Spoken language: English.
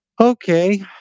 Okay